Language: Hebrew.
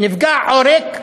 נפגע העורק,